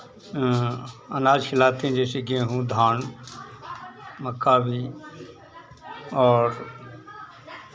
अनाज खिलाते हैं जैसे गेहूँ धान मक्का भी और